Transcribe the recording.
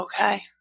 Okay